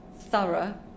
thorough